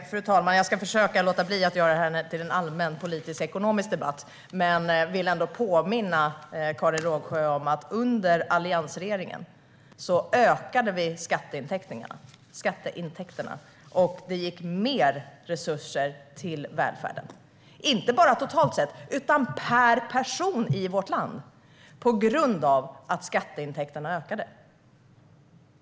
Fru talman! Jag ska försöka låta bli att göra detta till en allmänpolitisk ekonomisk debatt, men jag vill ändå påminna Karin Rågsjö om att vi under alliansregeringen ökade skatteintäkterna. Det gick mer resurser till välfärden, inte bara totalt sett utan per person i vårt land, på grund av att skatteintäkterna ökade.